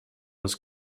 was